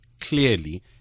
clearly